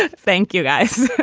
ah thank you, guys